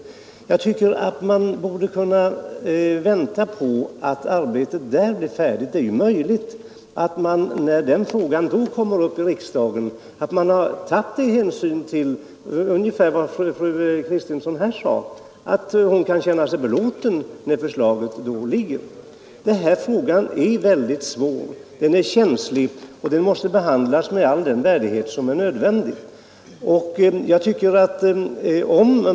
Därför tycker jag att vi bör vänta tills det arbetet är färdigt. När frågan därefter kommer upp i riksdagen är det möjligt att man har tagit hänsyn till fru Kristenssons önskemål och att hon då kan känna sig belåten med det förslag som läggs fram. Frågan är svår och känslig, och den måste behandlas med all nödvändig värdighet.